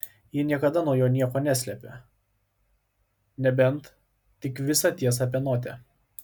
ji niekada nuo jo nieko neslėpė nebent tik visą tiesą apie notę